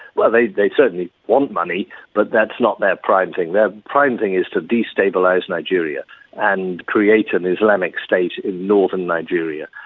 well, they they certainly want money but that's not their prime thing, their prime thing is to destabilise nigeria and create an islamic state in northern nigeria.